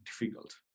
difficult